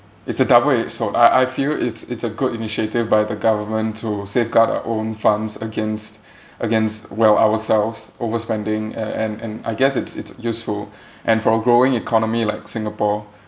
it's a double edged sword I I feel it's it's a good initiative by the government to safeguard our own funds against against well ourselves overspending and and and I guess it's it's useful and for a growing economy like singapore